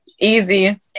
Easy